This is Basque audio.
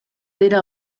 dira